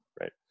right